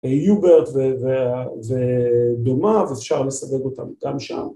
יוברט ודומה ואפשר לסווג אותם גם שם